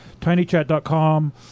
tinychat.com